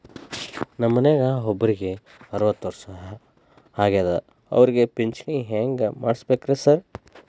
ನಮ್ ಮನ್ಯಾಗ ಒಬ್ರಿಗೆ ಅರವತ್ತ ವರ್ಷ ಆಗ್ಯಾದ ಅವ್ರಿಗೆ ಪಿಂಚಿಣಿ ಹೆಂಗ್ ಮಾಡ್ಸಬೇಕ್ರಿ ಸಾರ್?